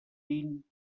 vint